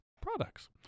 products